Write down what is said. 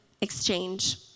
exchange